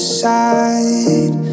side